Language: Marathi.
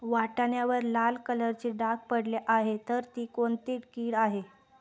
वाटाण्यावर लाल कलरचे डाग पडले आहे तर ती कोणती कीड आहे?